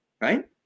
right